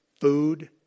food